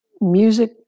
music